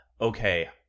okay